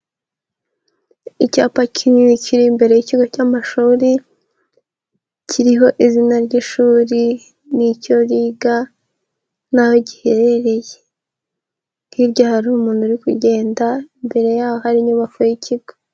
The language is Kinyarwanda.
Icyapa kinini kiri imbere y'ikigo cy'amashuri, kiriho izina ry'ishuri, n'icyo riga, n'aho giherereye. Hirya hari umuntu uri kugenda. Imbere yaho hari inyubako y'ikigo.